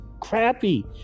Crappy